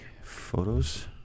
Photos